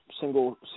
single